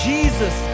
Jesus